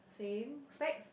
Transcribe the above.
same specs